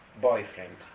boyfriend